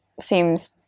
seems